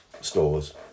stores